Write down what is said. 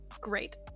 Great